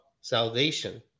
salvation